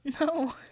No